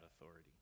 authority